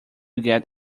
get